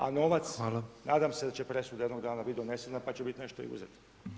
A novac, nadam se da će presuda jednog dana bit donesena, pa ćemo nešto i uzet.